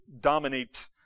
dominate